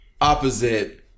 opposite